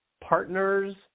partners